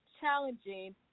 challenging